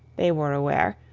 they were aware,